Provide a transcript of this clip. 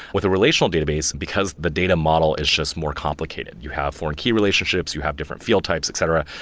with a relational database, and because the data model is just more complicated you have foreign key relationships, you have different field types, etc.